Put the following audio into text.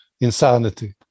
insanity